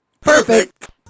Perfect